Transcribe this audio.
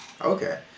Okay